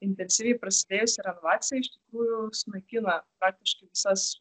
intensyviai prasidėjusi renovacija iš tikrųjų sunaikina praktiškai visas